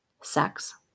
sex